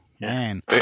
man